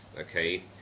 okay